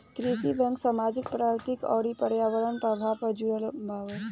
कृषि बैंक सामाजिक, प्राकृतिक अउर पर्यावरण के प्रभाव से जुड़ल बावे